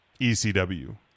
ECW